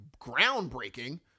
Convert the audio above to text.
groundbreaking